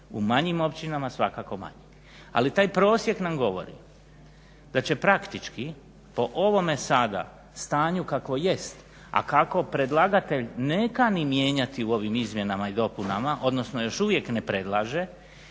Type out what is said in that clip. u manjim općinama svakako manji. Ali taj prosjek nam govori da će praktički po ovome sada stanju kako jest a kako predlagatelj ne kani mijenjati u ovim izmjenama i dopunama odnosno još uvijek ne predlaže,